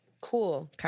Cool